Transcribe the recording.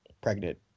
pregnant